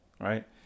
right